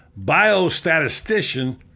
biostatistician